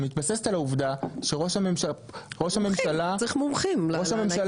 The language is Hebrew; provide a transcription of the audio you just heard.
מתבססת על העובדה שראש הממשלה צלול,